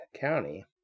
County